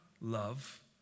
Love